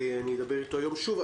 אדבר איתו היום שוב.